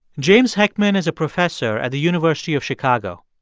james heckman is a professor at the university of chicago.